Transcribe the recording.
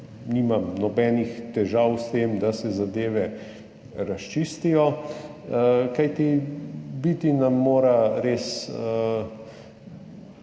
nimam nobenih težav s tem, da se zadeve razčistijo. Kajti biti nam mora res,